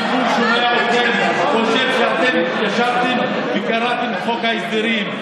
הציבור שומע אתכם וחושב שאתם ישבתם וקראתם את חוק ההסדרים,